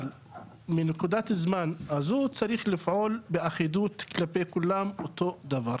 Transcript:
אבל בנקודת הזמן הזאת צריך לפעול באחידות כלפי כולם אותו הדבר.